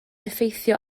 effeithio